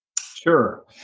Sure